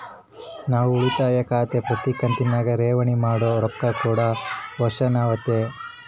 ನಾವು ಉಳಿತಾಯ ಖಾತೆಗೆ ಪ್ರತಿ ಕಂತಿನಗ ಠೇವಣಿ ಮಾಡೊ ರೊಕ್ಕ ಕೂಡ ವರ್ಷಾಶನವಾತತೆ